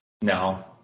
No